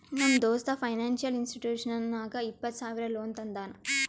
ನಮ್ ದೋಸ್ತ financial institution ನಾಗ್ ಇಪ್ಪತ್ತ ಸಾವಿರ ಲೋನ್ ತಂದಾನ್